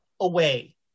away